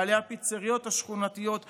בעלי הפיצריות השכונתיות ודומיהם,